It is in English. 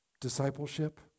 discipleship